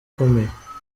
akomeye